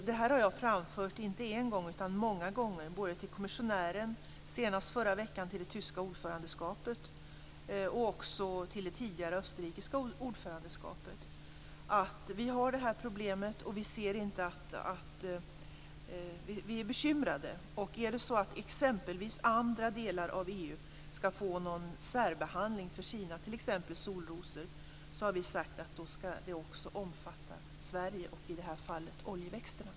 Det här har jag framfört inte en gång utan många gånger till kommissionären, senast förra veckan till det tyska ordförandeskapet och också till det tidigare österrikiska ordförandeskapet. Jag har framfört att vi har det här problemet och vi är bekymrade. Om andra delar av EU skall få särbehandling t.ex. för sina solrosor har vi sagt att det också skall omfatta Sverige och i det här fallet oljeväxterna.